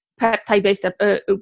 peptide-based